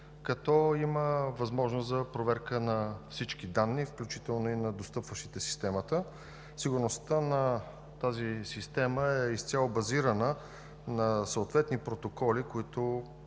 като има възможност за проверка на всички данни, включително и на достъпващите в системата. Сигурността на тази система е изцяло базирана на съответни протоколи, които